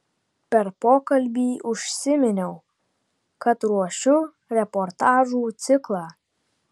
per pokalbį užsiminiau kad ruošiu reportažų ciklą